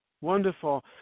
Wonderful